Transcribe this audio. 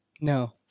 No